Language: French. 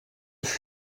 fut